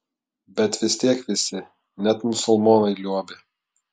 bet vis tiek visi net musulmonai liuobė